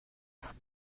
گردم